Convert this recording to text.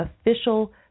official